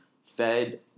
Fed